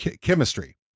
Chemistry